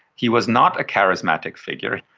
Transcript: he was not a charismatic figure,